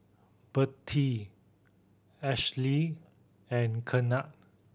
Bertie Ashely and Kennard